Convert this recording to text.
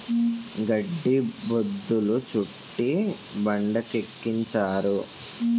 గడ్డి బొద్ధులు చుట్టి బండికెక్కించారు